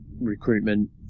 recruitment